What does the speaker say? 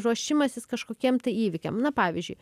ruošimasis kažkokiem tai įvykiam na pavyzdžiui